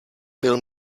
byl